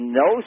no